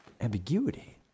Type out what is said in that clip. Ambiguity